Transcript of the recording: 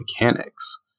mechanics